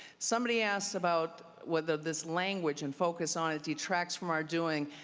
somebody asked about whether this language and focus on detracts from our doing.